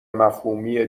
مفهومی